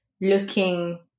looking